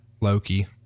Loki